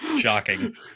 Shocking